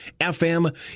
FM